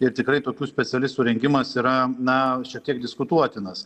ir tikrai tokių specialistų rengimas yra na šiek tiek diskutuotinas